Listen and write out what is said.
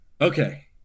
okay